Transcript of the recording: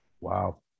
Wow